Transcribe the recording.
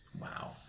Wow